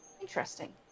interesting